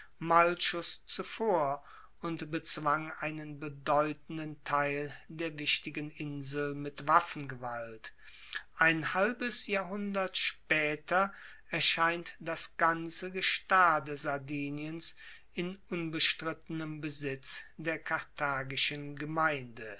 zuvor und bezwang einen bedeutenden teil der wichtigen insel mit waffengewalt ein halbes jahrhundert spaeter erscheint das ganze gestade sardiniens in unbestrittenem besitz der karthagischen gemeinde